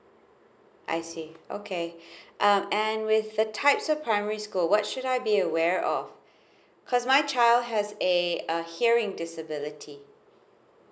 I see okay uh and with the types of primary school what should I be aware of cause my child has a uh hearing disability